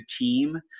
team